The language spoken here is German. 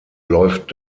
läuft